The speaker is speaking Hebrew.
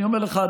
אני אומר לך,